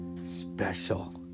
special